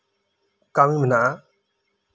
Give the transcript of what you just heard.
ᱠᱟᱹᱢᱤ ᱢᱮᱱᱟᱜᱼᱟ